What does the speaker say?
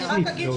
להוסיף.